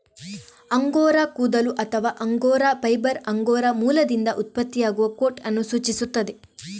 angora ಕೂದಲು ಅಥವಾ angora fibre angora ಮೊಲದಿಂದ ಉತ್ಪತ್ತಿಯಾಗುವ ಕೋಟ್ ಅನ್ನು ಸೂಚಿಸುತ್ತದೆ